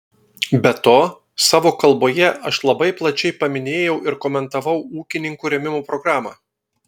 be to savo kalboje aš labai plačiai paminėjau ir komentavau ūkininkų rėmimo programą